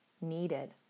needed